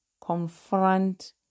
confront